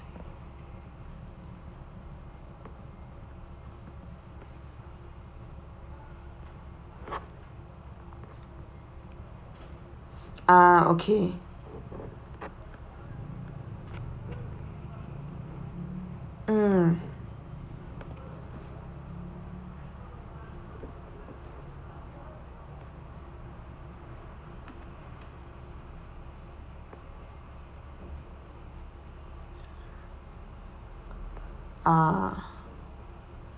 ah okay mm ah